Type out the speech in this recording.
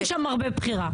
אין שם הרבה בחירה.